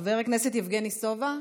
חבר הכנסת יבגני סובה.